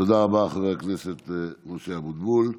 תודה רבה, חבר הכנסת משה אבוטבול.